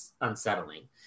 unsettling